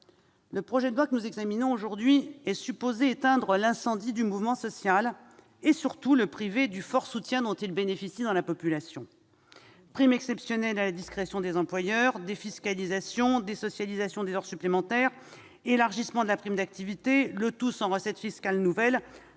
Le projet de loi que nous examinons aujourd'hui est supposé éteindre l'incendie du mouvement social et, surtout, le priver du fort soutien dont il bénéficie dans la population. Prime exceptionnelle à la discrétion des employeurs, défiscalisation et désocialisation des heures supplémentaires, élargissement de la prime d'activité, le tout, sans recettes fiscales nouvelles,